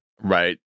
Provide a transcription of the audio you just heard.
Right